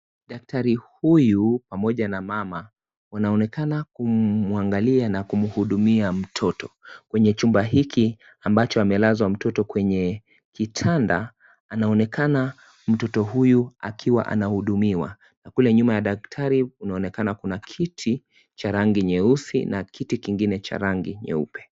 Daktari huyu pamoja na mama, wanaonekana kumwangalia na kumhudumia mtoto. Kwenye chumba hiki ambacho amelazwa mtoto kwenye kitanda, anaonekana mtoto huyu akiwa anahudumiwa na kule nyuma ya daktari kunaonekana kuna kiti cha rangi nyeusi na kiti kingine cha rangi nyeupe.